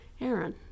Aaron